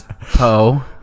Poe